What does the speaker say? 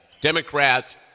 Democrats